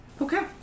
Okay